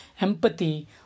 empathy